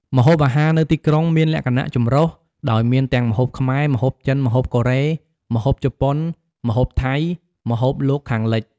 ម្ហូបអាហារនៅទីក្រុងមានលក្ខណៈចម្រុះ ដោយមានទាំងម្ហូបខ្មែរ ម្ហូបចិន ម្ហូបកូរ៉េ ម្ហូបជប៉ុន ម្ហូបថៃ ម្ហូបលោកខាងលិច។